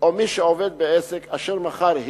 או מי שעובד בעסק אשר מכר,